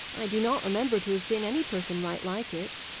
i do not remember to have seen any person write like it.